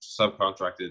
subcontracted